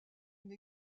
une